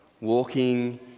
walking